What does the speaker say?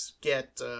get